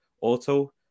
auto